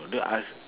oh the as~